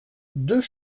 deux